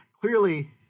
clearly